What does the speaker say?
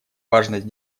важность